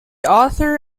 author